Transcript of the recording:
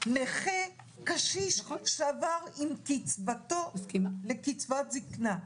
נכה קשיש שעבר עם קצבתו לקצבת זקנה.